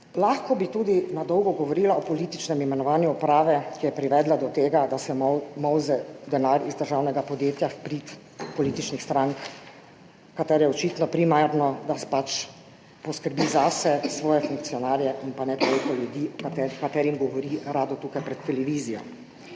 Lahko bi tudi na dolgo govorila o političnem imenovanju uprave, ki je privedla do tega, da se molze denar iz državnega podjetja v prid političnih strank, ki ji je očitno primarno, da pač poskrbi zase, svoje funkcionarje, in pa ne toliko za ljudi, ki se jim rado govori tukaj pred televizijo.